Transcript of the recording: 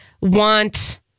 want